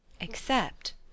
Except